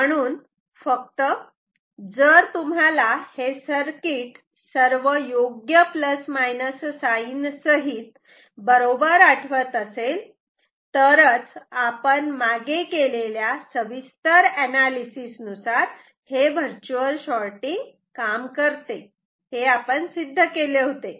म्हणून फक्त जर तुम्हाला हे सर्किट सर्व योग्य प्लस मायनस साइन sign सहित बरोबर आठवत असेल तरच आपण मागे केलेल्या सविस्तर अनालिसिस नुसार हे वर्च्युअल शॉटिंग काम करते असे आपण सिद्ध केले होते